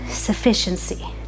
sufficiency